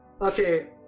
Okay